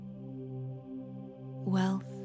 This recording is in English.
Wealth